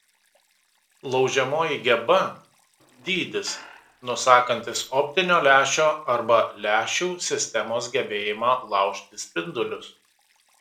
laužiamoji geba dydis nusakantis optinio lęšio arba lęšių sistemos gebėjimą laužti spindulius